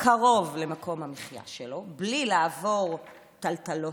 קרוב למקום המחיה שלו בלי לעבור טלטלות,